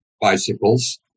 bicycles